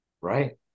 Right